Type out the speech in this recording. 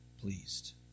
pleased